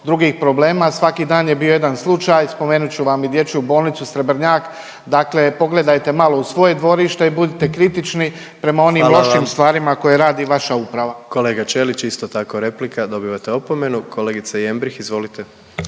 drugih problema. Svaki dan je bio jedan slučaj. Spomenut ću vam i Dječju bolnicu Srebrnjak, dakle pogledajte malo u svoje dvorište i budite kritični prema onim lošim … …/Upadica predsjednik: Hvala vam./… … stvarima koje radi vaša uprava. **Jandroković, Gordan (HDZ)** Kolega Ćelić isto tako replika, dobivate opomenu. Kolegice Jembrih, izvolite.